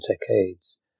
decades